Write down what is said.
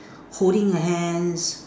holding the hands